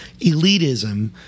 elitism